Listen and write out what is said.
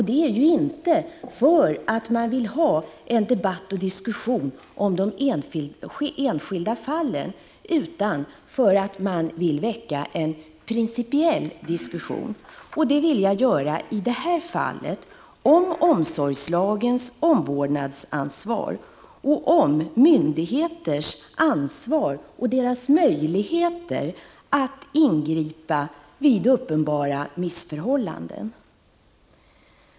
Det gör man inte för att man vill ha en debatt om de enskilda fallen, utan man vill väcka en principiell diskussion. Och det är just vad jag vill göra i det här fallet. Jag vill väcka en diskussion om omsorgslagens omvårdnadsansvar och om myndigheters ansvar och deras möjligheter att ingripa mot uppenbara missförhållanden.